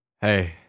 Hey